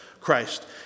Christ